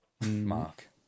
Mark